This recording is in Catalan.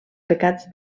pecats